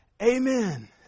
Amen